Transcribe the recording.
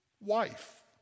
wife